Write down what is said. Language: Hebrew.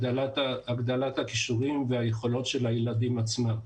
הגדלת הכישורים והיכולות של הילדים עצמם.